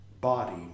body